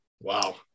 Wow